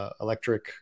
electric